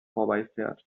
vorbeifährt